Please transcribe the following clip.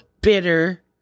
bitter